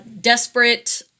Desperate